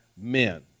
men